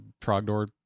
Trogdor